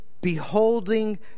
Beholding